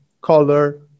color